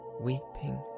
weeping